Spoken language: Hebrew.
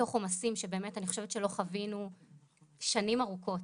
מתוך עומסים שבאמת אני חושבת שלא חווינו שנים ארוכות.